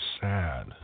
sad